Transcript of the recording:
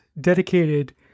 dedicated